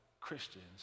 Christians